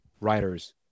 writers